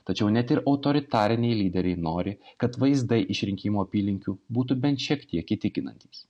tačiau net ir autoritariniai lyderiai nori kad vaizdai iš rinkimų apylinkių būtų bent šiek tiek įtikinantys